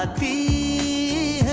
ah be